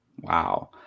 Wow